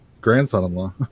grandson-in-law